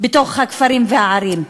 בתוך הכפרים והערים.